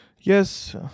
Yes